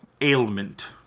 ailment